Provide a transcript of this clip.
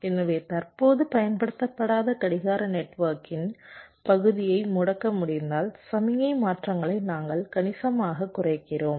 எனவே தற்போது பயன்படுத்தப்படாத கடிகார நெட்வொர்க்கின் பகுதியை முடக்க முடிந்தால் சமிக்ஞை மாற்றங்களை நாங்கள் கணிசமாகக் குறைக்கிறோம்